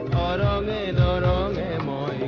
da da da da da la